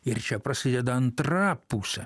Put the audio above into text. ir čia prasideda antra pusė